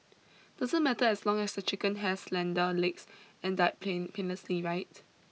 doesn't matter as long as the chicken has slender legs and died plain painlessly right